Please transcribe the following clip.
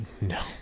No